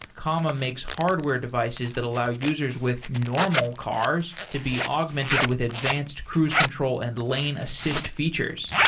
comma makes hardware devices that allow users with normal cars to be augmented with advanced cruise control and lane assist features.